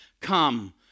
Come